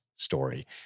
story